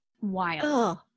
wild